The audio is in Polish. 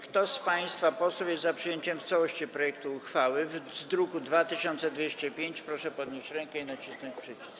Kto z państwa posłów jest za przyjęciem w całości projektu uchwały z druku nr 2205, proszę podnieść rękę i nacisnąć przycisk.